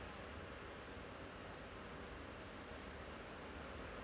so